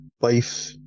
life